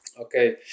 Okay